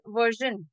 version